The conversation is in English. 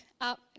up